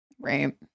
Right